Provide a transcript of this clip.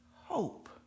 hope